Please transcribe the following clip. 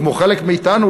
כמו חלק מאתנו,